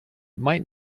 might